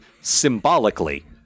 symbolically